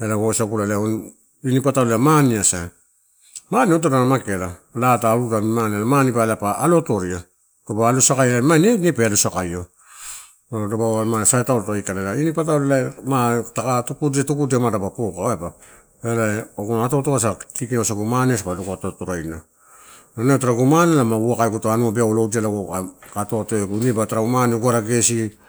la, ela wasagu wain ini patalo ela mane asa. Mane odorola na mageala. Laa ta aloda amini, mane lala, are maneba pa alo atoria taupe alo sakaia ma ine pe alo sakaio. So, masataulo mape aikala ini patalo ma ka tukudia ma dapa poka aiba. Aguna atoato asa kiki wasagu ela mane sa lukauto atoroina. Ela inau taragu mane la magu uwaka egutolala anua beau atoudia lago kai atoato egu, ineba tara u, mane oguru gesi.